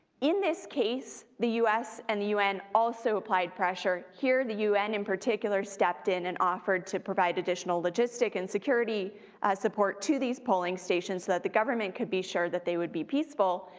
in this case, the u s. and the un also applied pressure. here the un in particular stepped in and offered to provide additional logistic and security support to these polling stations so that the government could be sure that they would be peaceful,